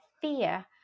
fear